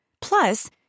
Plus